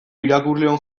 irakurleon